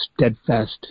steadfast